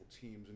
teams